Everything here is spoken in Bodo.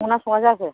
संना सङा जाखो